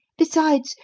besides,